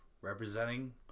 representing